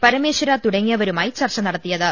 പരമേശ്വര തുടങ്ങിയവരുമായാണ് ചർച്ച നടത്തിയത്